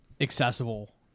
accessible